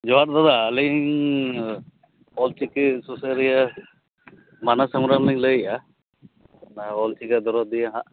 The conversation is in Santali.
ᱡᱚᱦᱟᱨ ᱫᱟᱫᱟ ᱟᱹᱞᱤᱧ ᱚᱞᱼᱪᱤᱠᱤ ᱥᱩᱥᱟᱹᱨᱤᱭᱟᱹ ᱢᱟᱱᱚᱥ ᱦᱮᱢᱵᱨᱚᱢ ᱞᱤᱧ ᱞᱟᱹᱭᱮᱜᱼᱟ ᱚᱞᱼᱪᱤᱠᱤ ᱫᱚᱨᱚᱫᱤᱭᱟᱹ ᱦᱟᱸᱜ